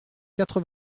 quatre